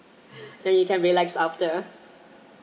then you can relax after